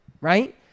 Right